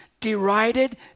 derided